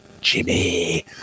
Jimmy